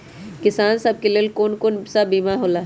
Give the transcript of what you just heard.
किसान सब के लेल कौन कौन सा बीमा होला?